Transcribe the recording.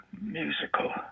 musical